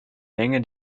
menge